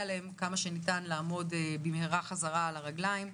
להם כמה שניתן לעמוד על הרגליים במהרה.